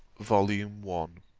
volume one